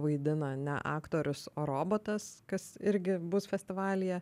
vaidina ne aktorius o robotas kas irgi bus festivalyje